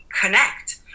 connect